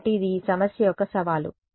కాబట్టి ఇది ఈ సమస్య యొక్క సవాలు మరియు